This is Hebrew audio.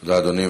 תודה, אדוני.